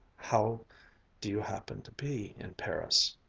how do you happen to be in paris?